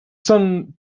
son